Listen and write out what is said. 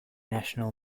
national